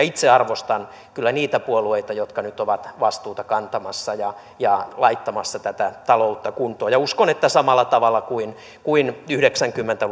itse arvostan kyllä niitä puolueita jotka nyt ovat vastuuta kantamassa ja ja laittamassa tätä taloutta kuntoon uskon että samalla tavalla kuin kuin yhdeksänkymmentä